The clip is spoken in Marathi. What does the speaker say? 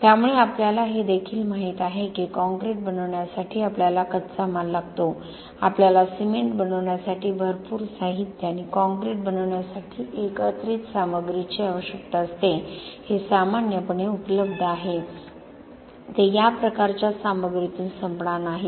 त्यामुळे आपल्याला हे देखील माहित आहे की काँक्रीट बनवण्यासाठी आपल्याला कच्चा माल लागतो आपल्याला सिमेंट बनवण्यासाठी भरपूर साहित्य आणि काँक्रीट बनवण्यासाठी एकत्रित सामग्रीची आवश्यकता असते हे सामान्यपणे उपलब्ध आहे ते या प्रकारच्या सामग्रीतून संपणार नाहीत